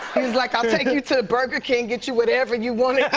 he was like, i'll take you to burger king, get you whatever you want